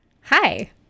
Hi